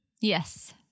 Yes